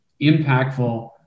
impactful